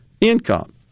income